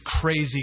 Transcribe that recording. crazy